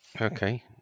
okay